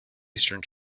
eastern